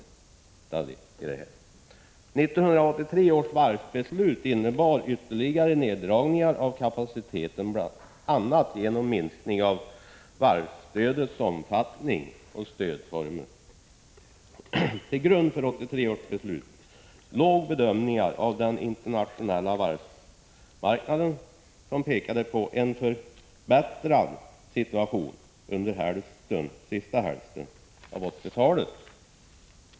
1983 års varvsbeslut innebar ytterligare neddragningar av kapaciteten, bl.a. genom minskning av varvsstödets omfattning och antalet stödformer. Till grund för 1983 års beslut låg bedömningar av den internationella varvsmarknaden som pekade på en förbättrad situation under senare hälften av 1980-talet.